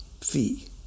fee